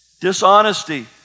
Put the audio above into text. Dishonesty